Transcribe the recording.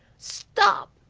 stop!